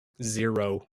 zero